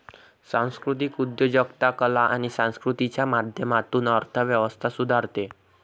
सांस्कृतिक उद्योजकता कला आणि संस्कृतीच्या माध्यमातून अर्थ व्यवस्था सुधारते